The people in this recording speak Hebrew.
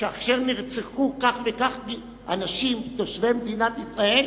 כאשר נרצחו כך וכך אנשים תושבי מדינת ישראל,